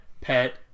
pet